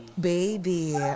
Baby